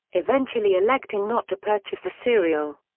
eventually electing not to purchase the serial.